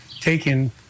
taken